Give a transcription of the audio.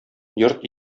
йорт